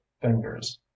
fingers